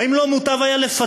האם לא מוטב היה לפצות,